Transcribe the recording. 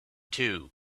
too